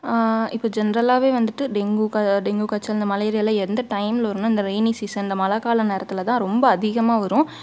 இப்போ ஜென்ரலாகவே வந்துட்டு டெங்கு க டெங்கு காய்ச்சல் இந்த மலேரியாலாம் எந்த டைமில் வரும்னா இந்த ரெயினு சீசன் இந்த மழை கால நேரத்தில் தான் ரொம்ப அதிகமாக வரும்